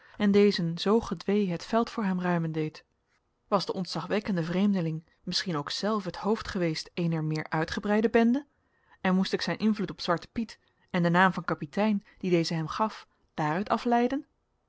en dezen zoo gedwee het veld voor hem ruimen deed was de ontzagwekkende vreemdeling misschien ook zelf het hoofd geweest eener meer uitgebreide bende en moest ik zijn invloed op zwarten piet en den naam van kapitein dien deze hem gaf daaruit afleiden